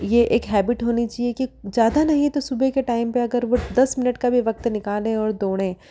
ये एक हैबिट होनी चाहिए कि ज्यादा नहीं तो सुबह के टाइम पर अगर वो दस मिनट का भी वक्त निकालें और दौड़ें